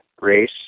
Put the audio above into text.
race